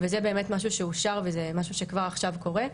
וזה באמת משהו שאושר וזה משהו שכבר עכשיו קורה.